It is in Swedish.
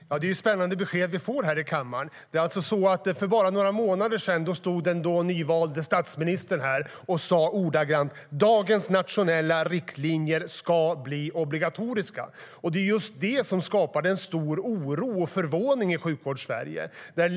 Herr talman! Det är spännande besked vi får i kammaren. För bara några månader sedan stod den nyvalde statsministern och sa att dagens nationella riktlinjer ska bli obligatoriska. Det var just det som skapade en stor oro och förvåning i Sjukvårdssverige.